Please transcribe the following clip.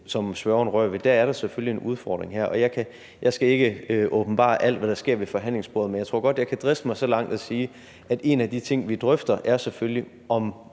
som spørgeren nævner, er der selvfølgelig en udfordring. Jeg skal ikke åbenbare alt, hvad der sker ved forhandlingsbordet, men jeg tror godt, jeg kan driste mig til at sige, at en af de ting, vi drøfter, selvfølgelig